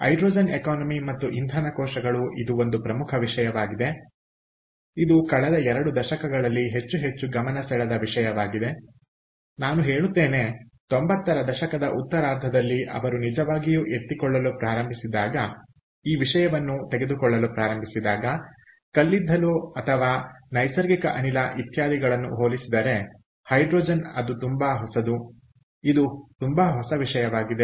ಆದ್ದರಿಂದ hydrogen economy ಮತ್ತು ಇಂಧನ ಕೋಶಗಳು ಇದು ಒಂದು ಪ್ರಮುಖ ವಿಷಯವಾಗಿದೆ ಇದು ಕಳೆದ ಎರಡು ದಶಕಗಳಲ್ಲಿ ಹೆಚ್ಚು ಹೆಚ್ಚು ಗಮನ ಸೆಳೆದ ವಿಷಯವಾಗಿದೆನಾನು ಹೇಳುತ್ತೇನೆ 90 ರ ದಶಕದ ಉತ್ತರಾರ್ಧದಲ್ಲಿ ಅವರು ನಿಜವಾಗಿಯೂ ಎತ್ತಿಕೊಳ್ಳಲು ಪ್ರಾರಂಭಿಸಿದಾಗ ಕಲ್ಲಿದ್ದಲು ಅಥವಾ ನೈಸರ್ಗಿಕ ಅನಿಲ ಇತ್ಯಾದಿಗಳನ್ನು ಹೋಲಿಸಿದರೆ ಹೈಡ್ರೋಜನ್ ಅದು ತುಂಬಾ ಹೊಸದು ಇದು ತುಂಬಾ ಹೊಸ ವಿಷಯವಾಗಿದೆ